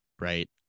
right